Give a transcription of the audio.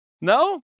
no